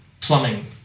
plumbing